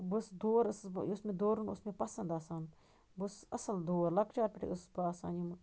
بہٕ ٲسٕس دور ٲسٕس بہٕ یُس مےٚ دورُن اوس مےٚ پسند آسان بہٕ ٲسٕس اَصٕل دور لَکچارٕ پٮ۪ٹھٕے ٲسٕس بہٕ آسان یِم